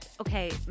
Okay